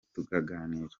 tukaganira